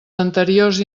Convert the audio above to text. anteriors